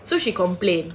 so she complain